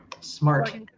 smart